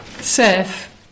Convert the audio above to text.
Seth